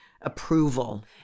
approval